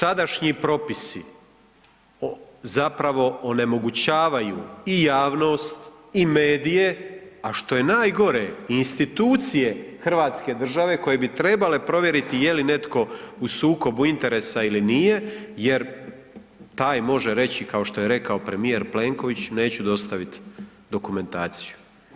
Dakle, sadašnji propisi zapravo onemogućavaju i javnost i medije, a što je najgore i institucije hrvatske države koje bi trebale provjeriti je li netko u sukobu interesa ili nije jer tak može reći kao što je rekao premijer Plenković, neću dostaviti dokumentaciju.